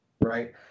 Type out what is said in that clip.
Right